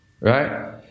Right